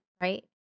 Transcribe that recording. right